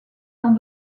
dans